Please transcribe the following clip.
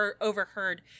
overheard